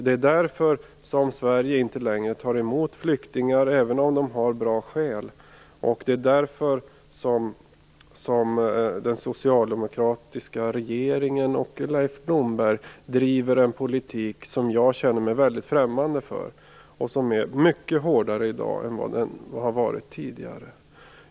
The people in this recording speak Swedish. Det är därför Sverige inte längre tar emot flyktingar, även om dessa har bra skäl. Det är därför den socialdemokratiska regeringen och Leif Blomberg driver en politik som jag känner mig väldigt främmande inför, och som är mycket hårdare i dag än vad den har varit tidigare.